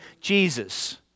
Jesus